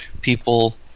people